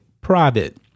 private